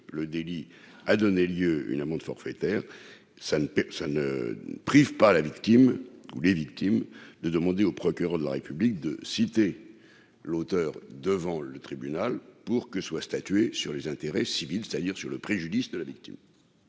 le délit a donné lieu une amende forfaitaire ça ne ça ne prive pas la victime, les victimes de demander au procureur de la République de citer l'auteur devant le tribunal pour que soit statué sur les intérêts civils, c'est-à-dire sur le préjudice de la victime.